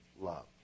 love